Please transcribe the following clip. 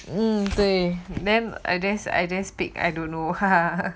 嗯对 then guess I didn't speak I don't know 哈哈